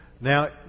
Now